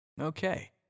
Okay